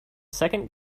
second